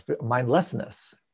mindlessness